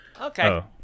Okay